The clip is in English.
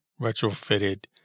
retrofitted